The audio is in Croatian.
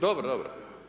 Dobro, dobro.